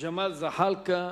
ג'מאל זחאלקה.